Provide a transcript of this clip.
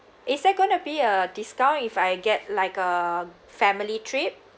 is there going to be a discount if I get like a family trip